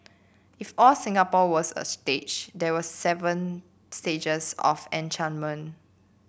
if all Singapore was a stage there were seven stages of enchantment